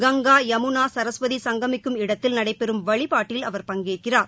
கங்கா யமுனா சரஸ்வதி சங்கமிக்கும் இடத்தில் நடைபெறும் வழிபாட்டில் அவர் பங்கேற்கிறார்